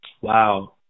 Wow